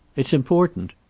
it's important.